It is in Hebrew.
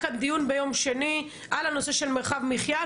היה כאן דיון ביום שני בנושא מרחב מחיה.